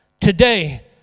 today